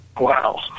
Wow